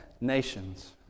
nations